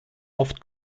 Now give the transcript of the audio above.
oft